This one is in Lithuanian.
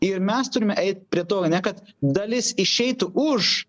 ir mes turime eit prie to kad dalis išeitų už